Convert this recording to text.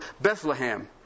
Bethlehem